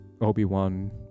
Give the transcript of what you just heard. Obi-Wan